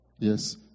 Yes